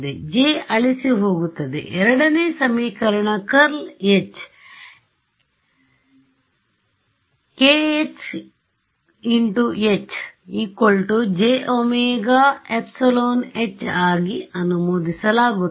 j ಅಳಿಸಿ ಹೋಗುತ್ತದೆ ಎರಡನೆ ಸಮೀಕರಣ curl h kh × H jωεH ಆಗಿ ಅನುವಾದಿಸಲಾಗುತ್ತದೆ